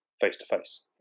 face-to-face